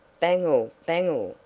bangor! bangor!